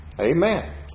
amen